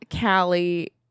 Callie